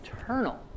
eternal